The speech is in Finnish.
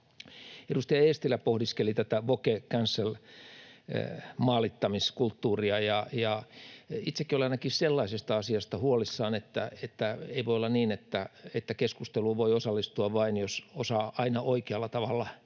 Edustaja Eestilä pohdiskeli woke‑, cancel‑ ja maalittamiskulttuureita, ja itsekin olen ainakin sellaisesta asiasta huolissani, että ei voi olla niin, että keskusteluun voi osallistua vain, jos osaa aina oikealla tavalla